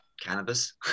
Cannabis